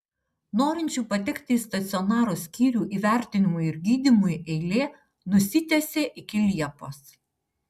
norinčių patekti į stacionaro skyrių įvertinimui ir gydymui eilė nusitęsė iki liepos